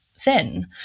thin